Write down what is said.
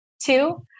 Two